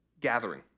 gathering